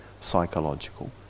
psychological